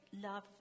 love